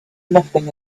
nothing